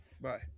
bye